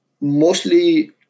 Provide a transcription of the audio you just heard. mostly